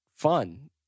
fun